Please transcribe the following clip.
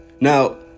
Now